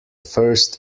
first